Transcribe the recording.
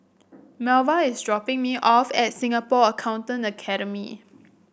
Melva is dropping me off at Singapore Accountancy Academy